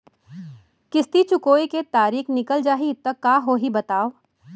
किस्ती चुकोय के तारीक निकल जाही त का होही बताव?